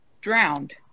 drowned